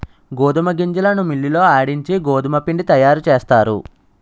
గోధుమ గింజలను మిల్లి లో ఆడించి గోధుమపిండి తయారుచేస్తారు